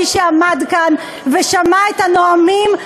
מי שעמד כאן ושמע את הנואמים,